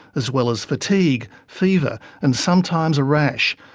as well as fatigue, fever and sometimes a rash.